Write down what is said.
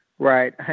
Right